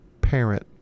parent